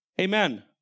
Amen